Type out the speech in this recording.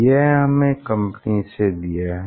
यह हमें कम्पनी ने दिया है